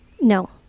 No